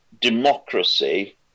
democracy